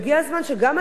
המחוקקים,